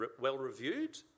well-reviewed